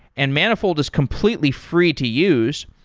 and manifold is completely free to use.